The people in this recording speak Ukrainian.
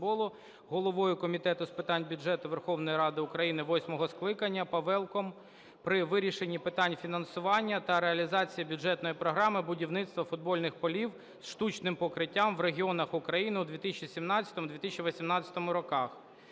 головою Комітету з питань бюджету Верховної Ради України восьмого скликання Павелком при вирішенні питання фінансування та реалізації бюджетної програми "Будівництво футбольних полів зі штучним покриттям в регіонах України" у 2017-2018 роках.